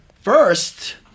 First